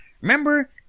Remember